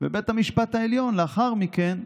ובית המשפט העליון, לאחר מכן,